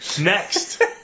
Next